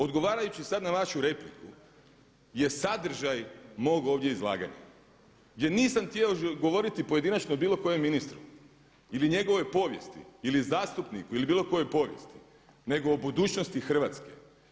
Odgovarajući sada na vašu repliku je sadržaj mog ovdje izlaganja gdje nisam htio govoriti pojedinačno o bilo kojem ministru ili njegovoj povijesti ili zastupniku ili bilo kojoj povijesti nego o budućnosti Hrvatske.